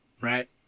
Right